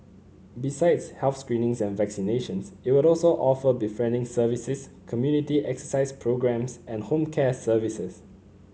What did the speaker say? besides health screenings and vaccinations it will also offer befriending services community exercise programmes and home care services